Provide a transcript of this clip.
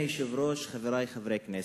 היושב-ראש, אדוני השר, חברי חברי הכנסת,